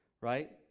Right